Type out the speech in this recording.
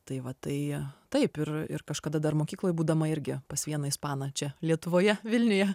tai va tai taip ir ir kažkada dar mokykloj būdama irgi pas vieną ispaną čia lietuvoje vilniuje